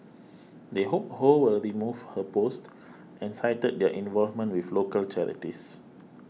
they hope Ho will remove her post and cited their involvement with local charities